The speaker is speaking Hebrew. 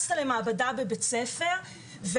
נכנס למעבדה בבית ספר,